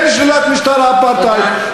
כן שלילת משטר האפרטהייד,